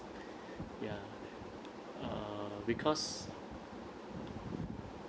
ya err because